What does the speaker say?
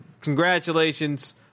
Congratulations